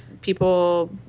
People